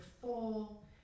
full